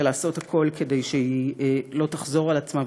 ולעשות הכול כדי שהיא לא תחזור על עצמה,